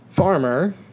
Farmer